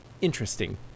interesting